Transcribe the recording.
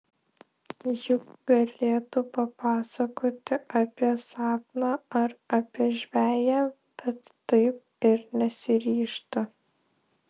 juk galėtų papasakoti apie sapną ar apie žveję bet taip ir nesiryžta